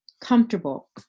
comfortable